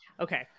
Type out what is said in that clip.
okay